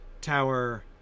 tower